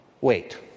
wait